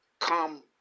Come